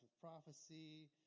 prophecy